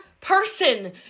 person